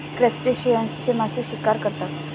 क्रस्टेशियन्सची मासे शिकार करतात